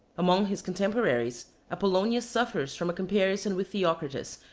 among his contemporaries apollonius suffers from a comparison with theocritus,